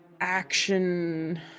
action